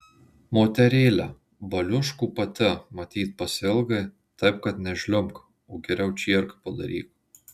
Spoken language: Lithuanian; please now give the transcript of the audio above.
moterėle baliuškų pati matyt pasiilgai taip kad nežliumbk o geriau čierką padaryk